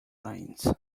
lines